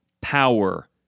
power